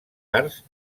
arts